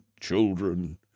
children